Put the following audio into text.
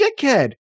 dickhead